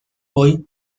hoy